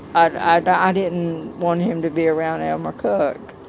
i and didn't want him to be around him elmer cook